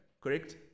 correct